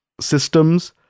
systems